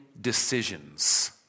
decisions